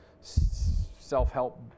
self-help